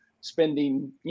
spending